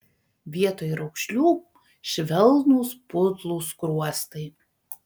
vietoj raukšlių švelnūs putlūs skruostai